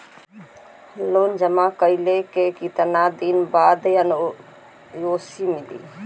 Loan जमा कइले के कितना दिन बाद एन.ओ.सी मिली?